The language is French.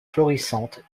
florissante